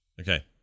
okay